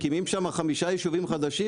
מקימים שמה חמישה יישובים חדשים,